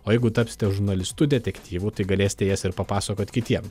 o jeigu tapsite žurnalistu detektyvu tai galėsite jas ir papasakot kitiem